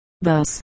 Thus